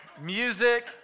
Music